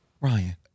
Ryan